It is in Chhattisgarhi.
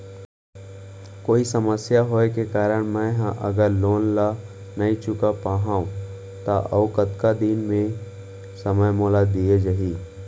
कोई समस्या होये के कारण मैं हा अगर लोन ला नही चुका पाहव त अऊ कतका दिन में समय मोल दीये जाही?